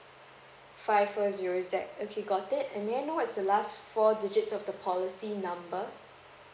five four zero Z okay got it and may I know what's the last four digits of the policy number